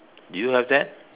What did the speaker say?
do you have that